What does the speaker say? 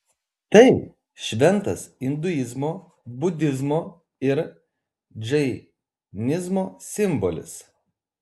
tai šventas induizmo budizmo ir džainizmo simbolis